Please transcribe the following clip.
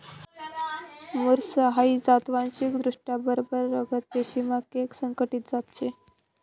मुर्स हाई जात वांशिकदृष्ट्या बरबर रगत पेशीमा कैक संकरीत जात शे